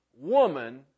woman